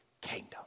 kingdom